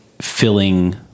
filling